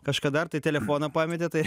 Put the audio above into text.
kažką dar tai telefoną pametė tai